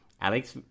Alex